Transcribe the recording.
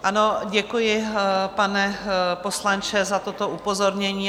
Ano, děkuji, pane poslanče, za toto upozornění.